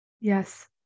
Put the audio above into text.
Yes